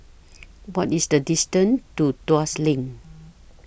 What IS The distance to Tuas LINK